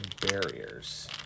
barriers